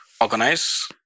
organize